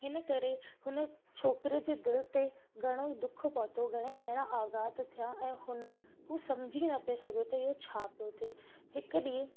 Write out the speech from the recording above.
हिन करे हुन छोकिरे जे दिलि ते घणोई दुख पहुतो घणेई अहिड़ा आघात थिया ऐं हुन हू समुझी न पियो सघे उते इहो छा पियो थिए हिकु ॾींहुं